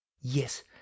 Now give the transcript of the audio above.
Yes